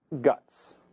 guts